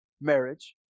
marriage